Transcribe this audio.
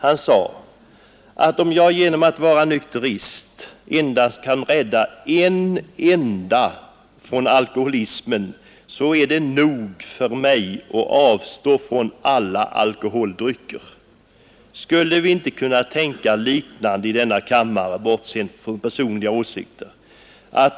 Han sade: ”Om jag genom att vara nykterist endast kan rädda en enda från alkoholismen är det nog för mig för att avstå från alla Skall vi inte kunna tänka på liknande sätt i denna kammare, bortsett från personliga åsikter?